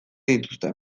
dituzte